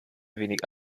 wenige